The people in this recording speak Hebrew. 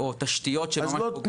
לא, חופש שיט.